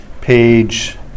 page